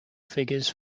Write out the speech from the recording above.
figures